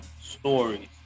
Stories